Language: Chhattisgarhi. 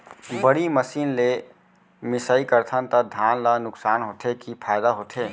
बड़ी मशीन ले मिसाई करथन त धान ल नुकसान होथे की फायदा होथे?